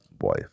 wife